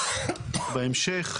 בהמשך,